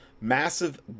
massive